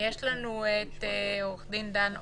עו"ד דן אורן.